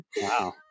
Wow